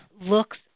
looks